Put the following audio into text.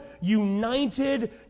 united